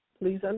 Please